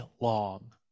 long